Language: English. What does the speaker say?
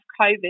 COVID